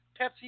Pepsi